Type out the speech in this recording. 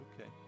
Okay